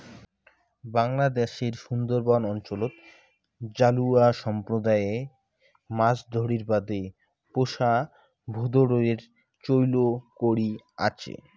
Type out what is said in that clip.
বাংলাদ্যাশের সুন্দরবন অঞ্চলত জালুয়া সম্প্রদায় মাছ ধরির বাদে পোষা ভোঁদরের চৈল করি আচে